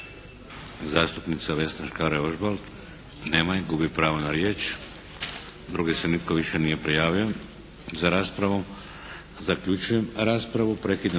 Zastupnica Vesna Škare Ožbolt. Nema je. Gubi pravo na riječ. Drugi se nitko više nije prijavio za raspravu. Zaključujem raspravu.